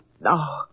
No